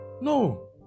No